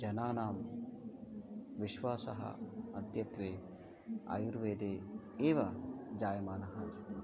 जनानां विश्वासः अद्यत्वे आयुर्वेदे एव जायमानः अस्ति